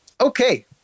Okay